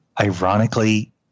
ironically